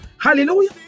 Hallelujah